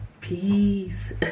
Peace